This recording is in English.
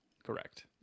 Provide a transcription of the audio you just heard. Correct